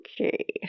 Okay